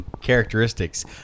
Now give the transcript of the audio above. characteristics